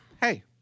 Hey